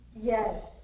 Yes